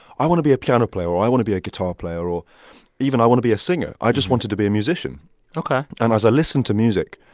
i want to be a piano player, or, i want to be a guitar player, or even, i want to be a singer. i just wanted to be a musician ok and as i listened to music,